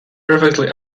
perfectly